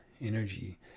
energy